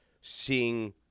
seeing